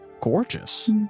gorgeous